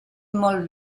molt